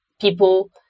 people